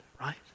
right